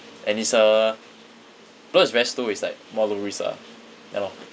and it's uh because it's very slow it's like more low risk lah ya lor